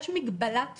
יש מגבלת תפוסה.